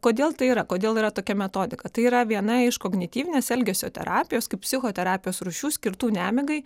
kodėl tai yra kodėl yra tokia metodika tai yra viena iš kognityvinės elgesio terapijos kaip psichoterapijos rūšių skirtų nemigai